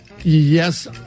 yes